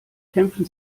kämpfen